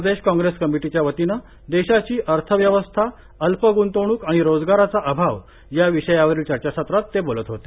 प्रदेश काँग्रेस कमिटीच्या वतीनं देशाची अर्थ व्यवस्था अल्प ग्ंतवणूक आणि रोजगाराचा अभाव या विषयावरील चर्चासत्रात ते बोलत होते